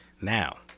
now